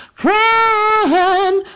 friend